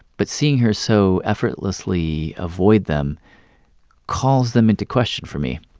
but seeing her so effortlessly avoid them calls them into question for me.